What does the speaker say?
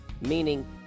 meaning